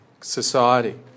society